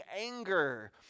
anger